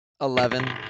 Eleven